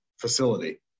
facility